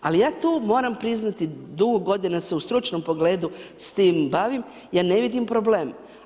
Ali ja tu moram priznati dugo godina se u stručnom pogledu s tim bavim, ja ne vidim problem.